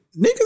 niggas